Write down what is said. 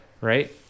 right